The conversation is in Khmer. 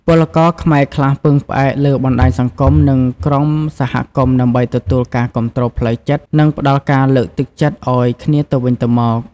ពលករខ្មែរខ្លះពឹងផ្អែកលើបណ្ដាញសង្គម និងក្រុមសហគមន៍ ដើម្បីទទួលការគាំទ្រផ្លូវចិត្ត និងផ្ដល់ការលើកទឹកចិត្តឱ្យគ្នាទៅវិញទៅមក។